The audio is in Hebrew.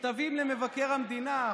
מכתבים למבקר המדינה,